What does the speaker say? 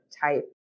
type